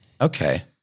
Okay